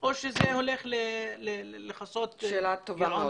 או שזה הולך לכסות גירעונות?